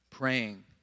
praying